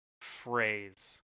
phrase